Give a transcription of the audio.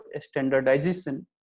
standardization